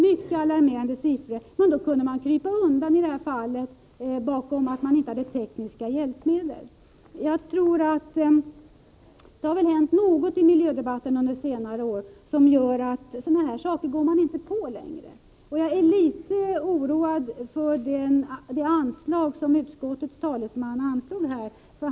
Men i det här fallet kunde man krypa undan bakom det förhållandet att man inte hade tekniska hjälpmedel. Det har väl hänt något i miljödebatten under senare år som gör att man inte längre går på sådana här saker. Jag är litet oroad över den ton som utskottets talesman anslog här.